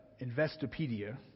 Investopedia